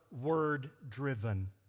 word-driven